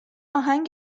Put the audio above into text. آهنگ